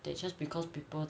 that just because people